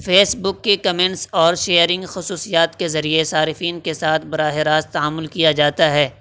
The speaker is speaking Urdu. فیس بک کی کمنس اور شیئرنگ خصوصیات کے ذریعے صارفین کے ساتھ براہ راست تعامل کیا جاتا ہے